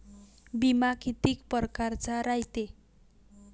बिमा कितीक परकारचा रायते?